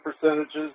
percentages